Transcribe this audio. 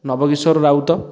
Nabakishore Raut